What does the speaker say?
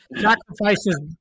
sacrifices